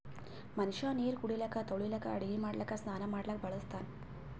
ಮನಷ್ಯಾ ನೀರು ಕುಡಿಲಿಕ್ಕ ತೊಳಿಲಿಕ್ಕ ಅಡಗಿ ಮಾಡ್ಲಕ್ಕ ಸ್ನಾನಾ ಮಾಡ್ಲಕ್ಕ ಬಳಸ್ತಾನ್